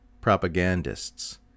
propagandists